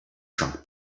shrunk